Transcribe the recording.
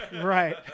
Right